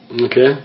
Okay